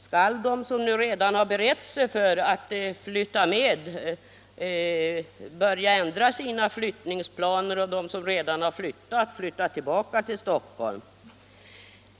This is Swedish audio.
Skall de som redan förberett sig för att flytta med börja ändra sina flyttningsplaner och skall de som redan flyttat återvända till Stockholm?